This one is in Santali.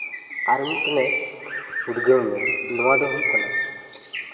ᱟᱨ ᱢᱤᱫᱴᱮᱱ ᱮ ᱩᱫᱽᱜᱟᱹᱣ ᱤᱧᱟᱹ ᱱᱚᱣᱟ ᱫᱚ ᱦᱩᱭᱩᱜ ᱠᱟᱱᱟ